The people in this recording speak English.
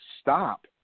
stop